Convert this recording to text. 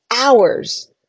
hours